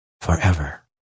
forever